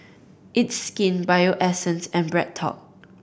It's Skin Bio Essence and BreadTalk